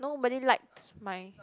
nobody likes my